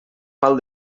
pal